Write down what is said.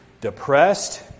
depressed